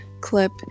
clip